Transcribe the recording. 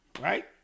Right